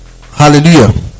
hallelujah